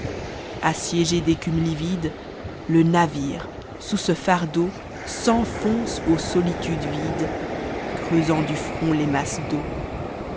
assiégé d'écumes livides le navire sous ce fardeau s'enfonce aux solitudes vides creusant du front les masses d'eau